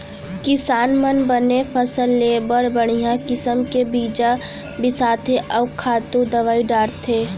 किसान मन बने फसल लेय बर बड़िहा किसम के बीजा बिसाथें अउ खातू दवई डारथें